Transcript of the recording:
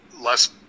Less